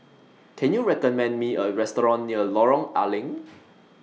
Can YOU recommend Me A Restaurant near Lorong A Leng